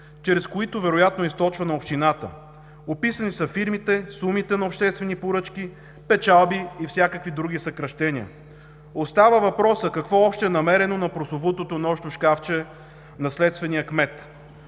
чрез които вероятно е източвана общината. Описани са фирмите, сумите на обществени поръчки, печалби и всякакви други съкращения. Остава въпросът: какво още е намерено на прословутото нощно шкафче на следствения кмет?